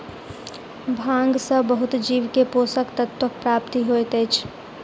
भांग सॅ बहुत जीव के पोषक तत्वक प्राप्ति होइत अछि